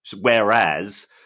Whereas